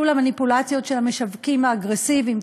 למניפולציות של המשווקים האגרסיביים.